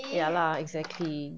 ya lah exactly